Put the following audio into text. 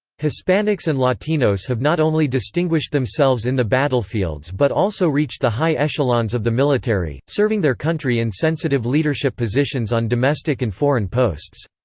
hispanics and latinos have not only distinguished themselves in the battlefields but also reached the high echelons of the military, serving their country in sensitive leadership positions on domestic and foreign posts.